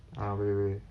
ah boleh boleh